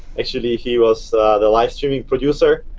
actually, he was the live streaming producer